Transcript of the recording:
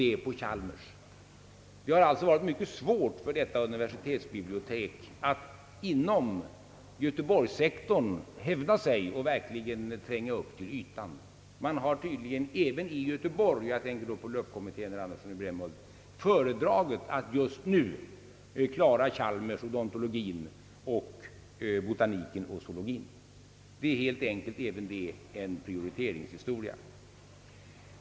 Detta har gjort att det inom göteborgssektorn har varit mycket svårt för universitetsbiblioteket att hävda sig och verkligen tränga upp till ytan. Man har tydligen även i Göteborg — jag tänker då på LUP kommittén, herr Andersson i Brämhult — föredragit att just nu klara byggnationen för Chalmers, odontologin, botaniken och zoologin. Även detta är helt enkelt en prioriteringshistoria.